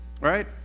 right